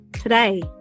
today